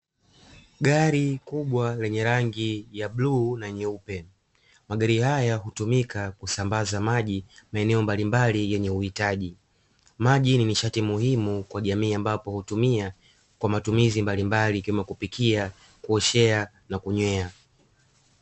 Gari kubwa lenye rangi ya bluu na nyeupe, magari haya hutumika kusambaza maji maeneo mbalimbali yenye uhitaji. Maji ni nishati muhimu kwa jamii ambapo hutumia kwa matumizi mbalimbali ikiwemo kupikia, kuoshea na kunywea.